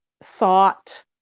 sought